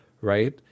right